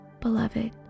beloved